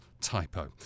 typo